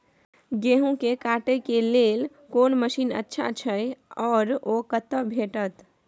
गेहूं के काटे के लेल कोन मसीन अच्छा छै आर ओ कतय भेटत?